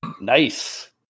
nice